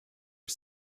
are